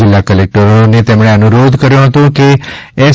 જિલ્લા કલેક્ટર ને તેમણે અનુરોધ કર્યો હતો કે એસ